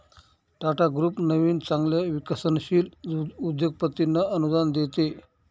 Tata group नवीन चांगल्या विकसनशील उद्योगपतींना अनुदान देते